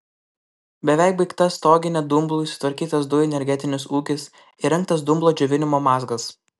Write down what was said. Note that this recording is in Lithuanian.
beveik baigta stoginė dumblui sutvarkytas dujų energetinis ūkis įrengtas dumblo džiovinimo mazgas